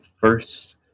first